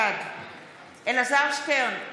בעד אלעזר שטרן,